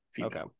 Okay